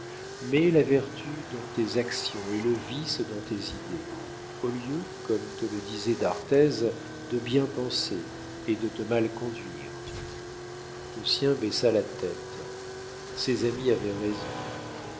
mets la vertu dans tes actions et le vice dans tes idées au lieu comme te le disait d'arthez de bien penser et de te mal conduire lucien baissa la tête ses amis avaient raison